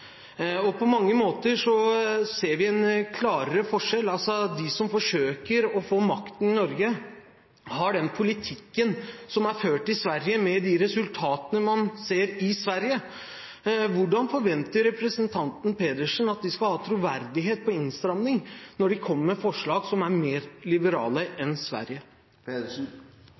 Sverige. På mange måter ser vi en klarere forskjell: De som forsøker å få makten i Norge, har den politikken som er ført i Sverige – med de resultatene man ser der. Hvordan forventer representanten Pedersen at de skal ha troverdighet på innstramning når de kommer med forslag som er mer liberale enn det man har i Sverige?